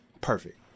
perfect